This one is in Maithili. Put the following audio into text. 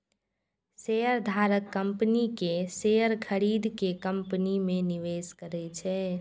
शेयरधारक कंपनी के शेयर खरीद के कंपनी मे निवेश करै छै